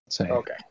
Okay